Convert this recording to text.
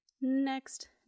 Next